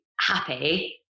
happy